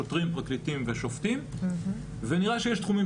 שוטרים פרקליטים ושופטים ונראה שיש תחומים